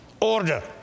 order